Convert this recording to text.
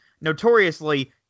notoriously